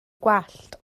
gwallt